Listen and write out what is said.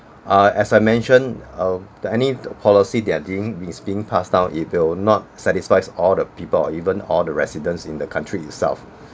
uh as I mention of the any policy there are giving is being passed down it will not satisfies all the people or even all the residents in the country itself